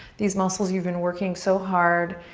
these muscles you've been working so hard.